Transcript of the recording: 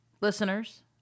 listeners